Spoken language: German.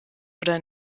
oder